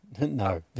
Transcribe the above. No